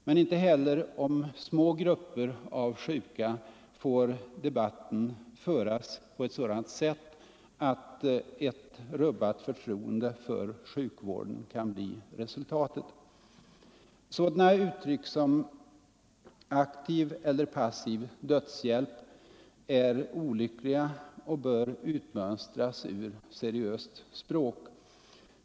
Men inte heller om små grupper av sjuka får debatten föras på ett sådant sätt att ett rubbat förtroende för sjukvården kan bli resultatet. Sådana uttryck som aktiv eller passiv dödshjälp är olyckliga och bör utmönstras ur seriöst språk.